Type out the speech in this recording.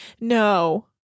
No